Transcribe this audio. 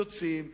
יוצאים.